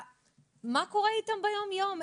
מה קורה איתם ביום יום,